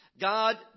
God